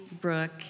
Brooke